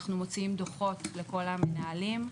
אנחנו מוציאים דוחות לכל המנהלים,